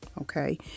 Okay